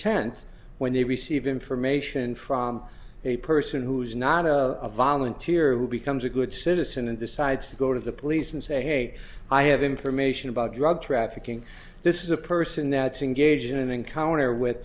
tenth when they received information from a person who is not of a volunteer who becomes a good citizen and decides to go to the police and say hey i have information about drug trafficking this is a person that's engaged in an encounter with